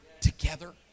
together